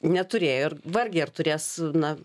neturėjo ir vargiai ar turės na